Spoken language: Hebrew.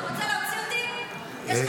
אתה רוצה להוציא אותי --- כן.